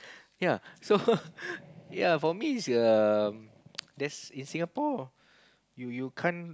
yea so yea for me it's err there's in Singapore you you can't